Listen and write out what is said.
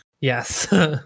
Yes